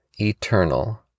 eternal